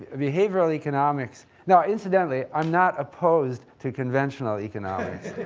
ah behavioral economics, now, incidentally, i'm not opposed to conventional economics.